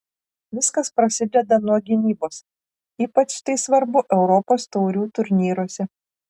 viskas prasideda nuo gynybos ypač tai svarbu europos taurių turnyruose